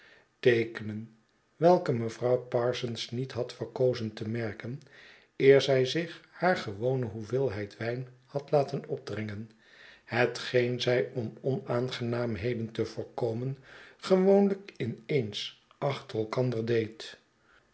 teekenen welke mevrouw parsons niet had verkozen te merken eer zij zich haar gewone hoeveelheid wyn had laten opdringen hetgeen zij om onaangenaamheden te voorkomen gewoonlijk in eens achter elkander deed